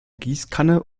gießkanne